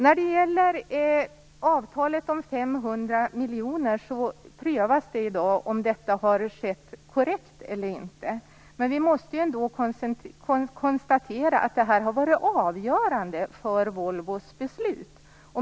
När det gäller avtalet om 500 miljoner prövas i dag om detta har skett korrekt eller inte. Men vi måste ändå konstatera att det här har varit avgörande för Volvos beslut.